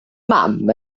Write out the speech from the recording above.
mam